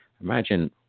Imagine